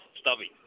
stubby